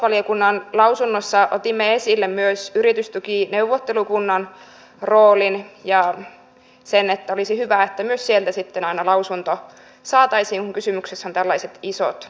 tuossa talousvaliokunnan lausunnossa otimme esille myös yritystukineuvottelukunnan roolin ja sen että olisi hyvä että myös sieltä sitten aina lausunto saataisiin kun kysymyksessä ovat tällaiset isot tuet